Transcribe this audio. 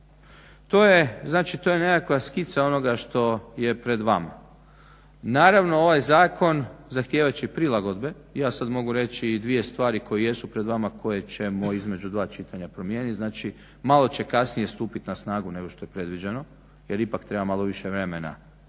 to je nekakva skica onoga što je pred vama. Naravno ovaj zakon zahtijevat će i prilagodbe. Ja sad mogu reći i dvije stvari koje jesu pred vama koje ćemo između dva čitanja promijeniti, znači malo će kasnije stupiti na snagu nego što je predviđeno jer ipak treba malo više vremena